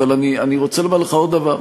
אבל אני רוצה לומר לך עוד דבר.